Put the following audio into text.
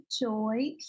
joy